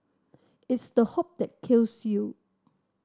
it's the hope that kills you